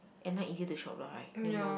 at night easier to shop lah right than morning